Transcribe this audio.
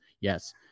Yes